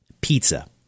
pizza